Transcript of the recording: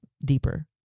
deeper